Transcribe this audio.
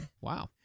Wow